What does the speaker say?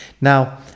Now